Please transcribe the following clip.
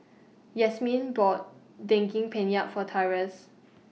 Yasmeen bought Daging Penyet For Tyrus